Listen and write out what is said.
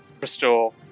restore